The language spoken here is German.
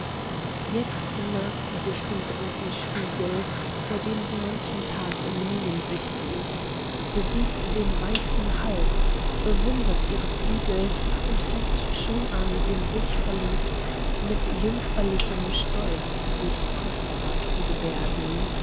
itzt naht sie sich dem großen spiegel vor dem sie manchen tag in mienen sich geübt besieht den weißen hals bewundert ihre flügel und fängt schon an in sich verliebt mit jüngferlichem stolz sich kostbar zu gebärden